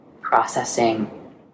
processing